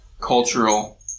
cultural